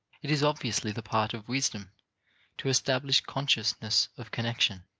it is obviously the part of wisdom to establish consciousness of connection.